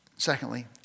Secondly